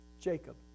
Jacob